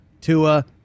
Tua